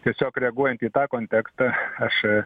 tiesiog reaguojant į tą kontekstą aš